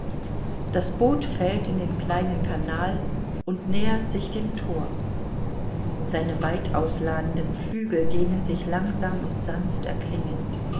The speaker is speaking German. das boot fällt in den kleinen kanal und nähert sich dem tor seine weitausladenden flügel dehnen sich langsam und sanft erklingend